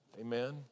Amen